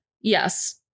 Yes